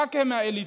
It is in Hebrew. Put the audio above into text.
רק הם האליטה,